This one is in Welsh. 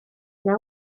yna